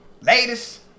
Latest